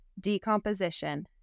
Decomposition